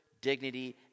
dignity